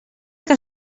que